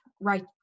right